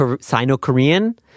Sino-Korean